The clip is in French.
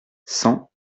cent